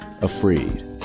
afraid